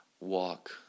walk